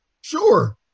Sure